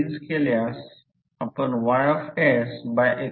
तर ∅ Fm R म्हणून याला प्रत्यक्षात mmf रिल्यक्टन्स असे म्हणतात